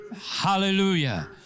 Hallelujah